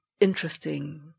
interesting